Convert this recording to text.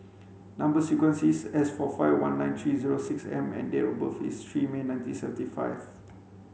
number sequence is S four five one nine three zero six M and date of birth is three May nineteen seventy five